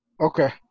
Okay